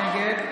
נגד